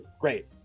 great